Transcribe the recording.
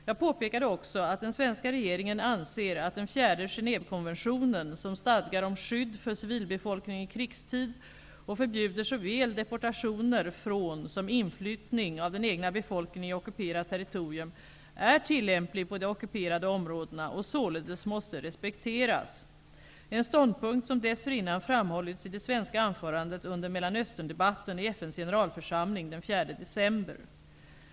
Jag påpekade också att den svenska regeringen anser att den fjärde Genèvekonventionen, som stadgar om skydd för civilbefolkningen i krigstid och förbjuder såväl deportationer från som inflyttning av den egna befolkningen i ockuperat territorium, är tillämplig på de ockuperade områdena och således måste respekteras -- en ståndpunkt som dessförinnan framhållits i det svenska anförandet under Mellanöstern-debatten i FN:s generalförsamling den 4 december.